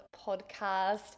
podcast